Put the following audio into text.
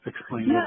explain